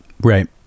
Right